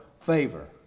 favor